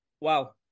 wow